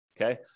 okay